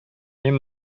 мин